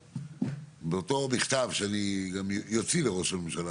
באותו מכתב שגם אוציא לראש הממשלה,